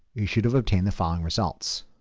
you should have obtained the following results.